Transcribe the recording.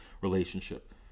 relationship